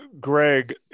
Greg